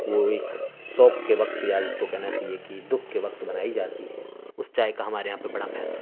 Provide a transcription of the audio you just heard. وہ ایک سوگ کے وقت یا جس کو کہنا چاہیے کہ دکھ کے وقت بنائی جاتی ہے اس چائے کا ہمارے یہاں پہ بڑا مہتو ہے